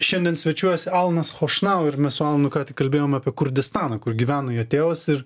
šiandien svečiuojasi alanas chošnau ir mes su alanu ką tik kalbėjom apie kurdistaną kur gyvena jo tėvas ir